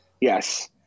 Yes